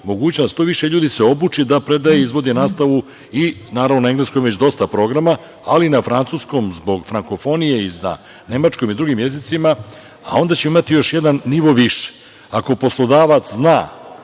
mogućnost da se što više ljudi obuči da predaje i izvodi nastavu i na engleskom, gde imamo već dosta programa, ali i na francuskom, zbog frankofonije, i na nemačkom i drugim jezicima, a onda ćemo imati još jedan nivo više. Ako poslodavac zna